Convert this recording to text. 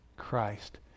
Christ